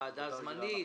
ועדה זמנית,